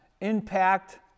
impact